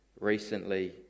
recently